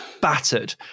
battered